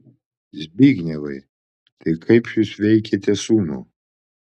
zbignevai tai kaip jūs veikiate sūnų